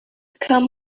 come